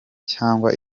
cyanga